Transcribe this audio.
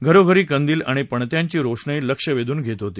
घरोघरी कंदील आणि पणत्यांची रोषणाई लक्ष वेधून घेत होती